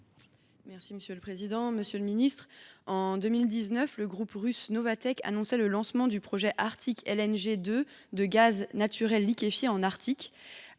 et numérique. Monsieur le ministre, en 2019, le groupe russe Novatek annonçait le lancement du projet Arctic LNG 2 de gaz naturel liquéfié en Arctique.